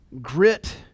Grit